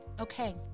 okay